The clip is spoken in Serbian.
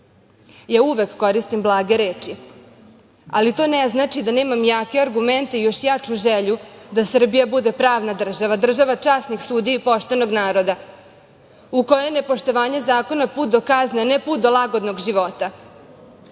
uvek koristim blage reči, ali to ne znači da nemam jake argumente i još jaču želju da Srbija bude pravna država, država časnih sudija i poštenog naroda, u kojoj je nepoštovanje zakona put do kazne, a ne put do lagodnog života,